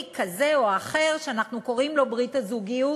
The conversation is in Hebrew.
כזה או אחר שאנחנו קוראים לו ברית הזוגיות,